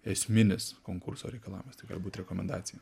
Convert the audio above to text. esminis konkurso reikalavimas tai gali būt rekomendacija